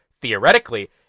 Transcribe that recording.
theoretically